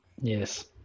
Yes